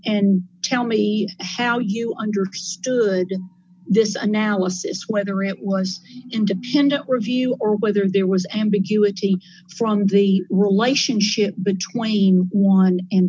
and tell me how you understood this analysis whether it was independent review or whether there was ambiguity from the relationship between one and